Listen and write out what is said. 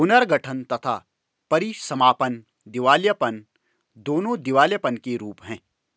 पुनर्गठन तथा परीसमापन दिवालियापन, दोनों दिवालियापन के रूप हैं